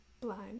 blind